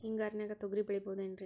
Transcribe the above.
ಹಿಂಗಾರಿನ್ಯಾಗ ತೊಗ್ರಿ ಬೆಳಿಬೊದೇನ್ರೇ?